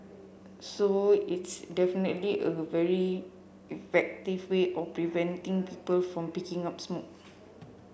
so it's definitely a very effective way of preventing people from picking up smoking